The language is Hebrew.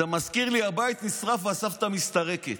זה מזכיר לי: הבית נשרף, והסבתא מסתרקת.